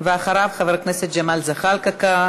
ואחריו, חבר הכנסת ג'מאל זחאלקה.